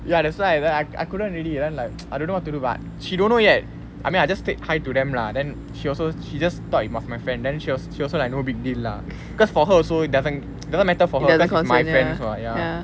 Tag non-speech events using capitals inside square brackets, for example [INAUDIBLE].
ya that's why then I I couldn't really then like [NOISE] I don't know what to do but she don't know yet I mean I just say hi to them lah then she also she just thought it was my friend then she was she also like no big deal lah cause for her also doesn't doesn't matter from her cause it's my friends [what] ya